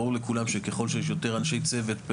ברור לכולם שככול שיש יותר אנשי צוות,